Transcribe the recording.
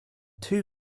two